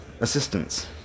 assistance